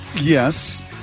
Yes